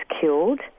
killed